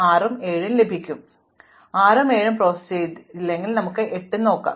ഇപ്പോൾ എനിക്ക് 6 7 അല്ലെങ്കിൽ 8 ൽ ഏതെങ്കിലും ഒന്ന് നോക്കാം അതിനാൽ നമുക്ക് 8 നോക്കാം